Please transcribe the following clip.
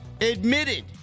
admitted